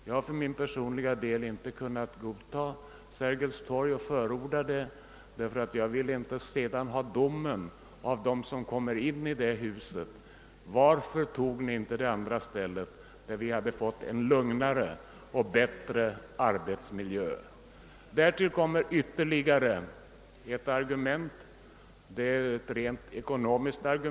Jag har för min personliga del inte kunnat godta förslaget om riksdagens förläggning till Sergels torg — ty jag ville inte höra domen av dem som skulle komma att arbeta i det huset och frågan: Varför tog ni inte det andra alternativet i stället, där vi hade kunnat få en bättre och lugnare arbetsmiljö? Ytterligare ett argument finns, nämligen det rent ekonomiska.